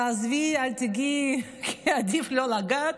תעזבי, אל תגעי, כי עדיף לא לגעת.